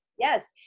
Yes